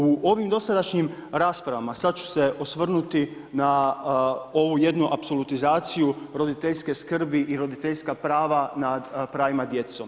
U ovim dosadašnjim raspravama, sada ću se osvrnuti na ovu jednu apsolutizaciju roditeljske skrbi i roditeljska prava nad pravima djecom.